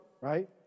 right